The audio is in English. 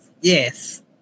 yes